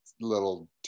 little